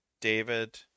David